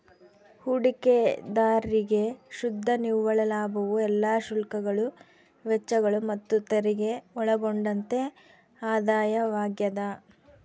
ಹೂಡಿಕೆದಾರ್ರಿಗೆ ಶುದ್ಧ ನಿವ್ವಳ ಲಾಭವು ಎಲ್ಲಾ ಶುಲ್ಕಗಳು ವೆಚ್ಚಗಳು ಮತ್ತುತೆರಿಗೆ ಒಳಗೊಂಡಂತೆ ಆದಾಯವಾಗ್ಯದ